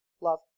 Love